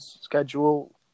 schedule